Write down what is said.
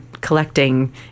collecting